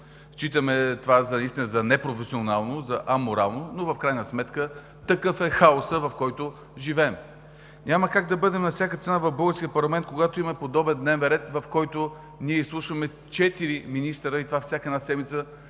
наистина за непрофесионално, за аморално, но в крайна сметка такъв е хаосът, в който живеем. Няма как да бъдем на всяка цена в българския парламент, когато има подобен дневен ред, в който ние изслушваме четирима министри. Това е всяка седмица